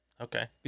Okay